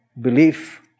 belief